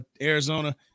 Arizona